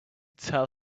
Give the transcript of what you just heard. tell